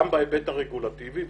גם בהיבט הרגולטיבי,